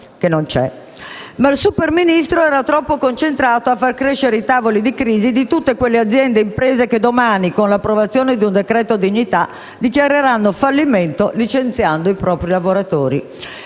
ma il super Ministro era troppo concentrato a far crescere i tavoli di crisi di tutte quelle aziende e imprese che domani, con l'approvazione del decreto dignità, dichiareranno fallimento licenziando i propri lavoratori.